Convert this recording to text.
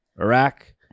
Iraq